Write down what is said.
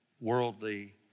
worldly